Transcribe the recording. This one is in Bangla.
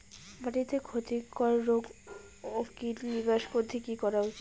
মাটিতে ক্ষতি কর রোগ ও কীট বিনাশ করতে কি করা উচিৎ?